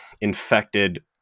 infected